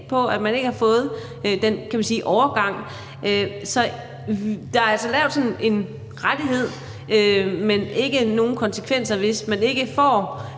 at man ikke har fået den overgang. Så der er altså lavet sådan en rettighed, men der er ikke nogen konsekvenser, hvis man ikke får